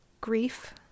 grief